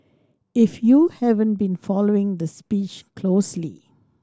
if you haven't been following the speech closely